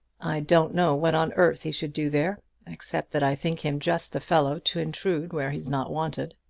i don't know what on earth he should do there except that i think him just the fellow to intrude where he is not wanted.